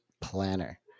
planner